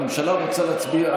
הממשלה רוצה להצביע,